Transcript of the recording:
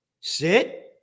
Sit